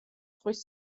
ზღვის